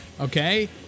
okay